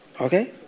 okay